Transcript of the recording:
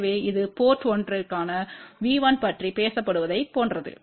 எனவே இதுபோர்ட் 1 திற்கான V1பற்றி பேசப்படுவதைப் போன்றது